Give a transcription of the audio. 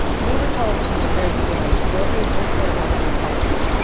we were told from the very beginning there'll be a group there who are going to oppose you.